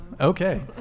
Okay